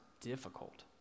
difficult